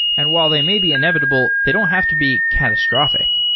and while they may be inevitable, they don't have to be catastrophic.